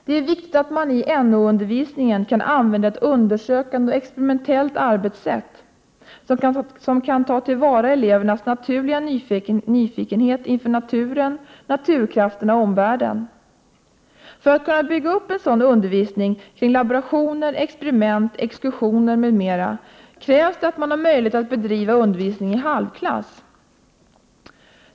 Det är viktigt att man i NO-undervisningen kan använda ett undersökande och experimentellt arbetssätt, som kan ta till vara elevernas naturliga nyfikenhet inför naturen, naturkrafterna och omvärlden. För att kunna bygga upp en sådan undervisning kring laborationer, experiment, exkursioner m.m. krävs att elever och lärare ges möjlighet att bedriva undervisning i halvklass.